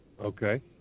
okay